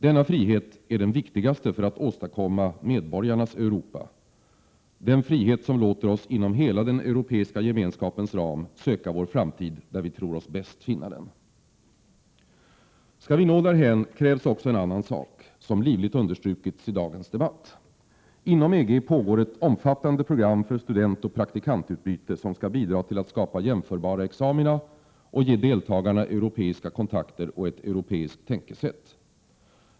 Denna frihet är den viktigaste för att åstadkomma Medborgarnas Europa — den frihet, som låter oss inom hela den europeiska gemenskapens ram söka vår framtid där vi tror oss bäst finna den. Skall vi nå därhän krävs också en annan sak, som livligt understrukits i dagens debatt. Inom EG pågår ett omfattande program för studentoch praktikantutbyte, som skall bidra till att skapa jämförbara examina och ge deltagarna europeiska kontakter och ett europeiskt tänkesätt.